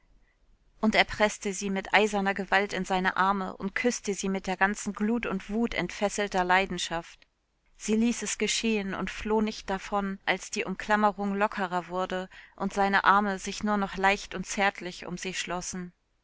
und er preßte sie mit eiserner gewalt in seine arme und küßte sie mit der ganzen glut und wut entfesselter leidenschaft sie ließ es geschehen und floh nicht davon als die umklammerung lockerer wurde und seine arme sich nur noch leicht und zärtlich um sie schlossen